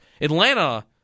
Atlanta